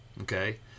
Okay